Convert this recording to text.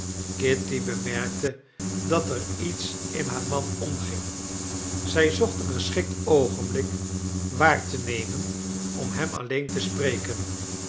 kitty bemerkte dat er iets in haar man omging zij zocht een geschikt oogenblik waar te nemen om hem alleen te spreken